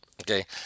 Okay